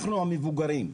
אנחנו המבוגרים,